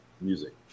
music